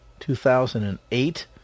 2008